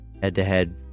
head-to-head